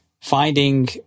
finding